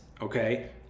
okay